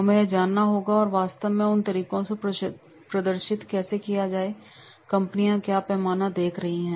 हमें यह जानना होगा कि वास्तव में उन तरीकों को प्रदर्शित कैसे किया जाता है और कंपनियां क्या पैमाने देख रही हैं